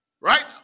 Right